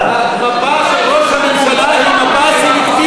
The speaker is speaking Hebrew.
הראייה של ראש הממשלה היא ראייה סלקטיבית.